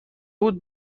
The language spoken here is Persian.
بود